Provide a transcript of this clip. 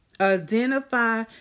Identify